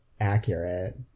accurate